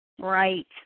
Right